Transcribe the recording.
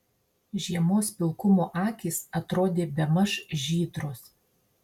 žiemos pilkumo akys atrodė bemaž žydros